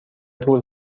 طول